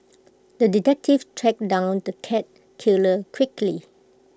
the detective tracked down the cat killer quickly